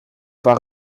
war